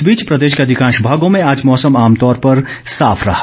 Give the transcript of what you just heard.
इस बीच प्रदेश के अधिकांश भागों में आज मौसम आम तौर पर साफ बना रहा